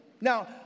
Now